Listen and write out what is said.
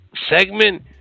segment